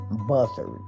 buzzard